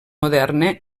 moderna